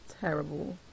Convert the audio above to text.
terrible